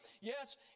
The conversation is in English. Yes